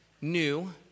new